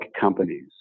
companies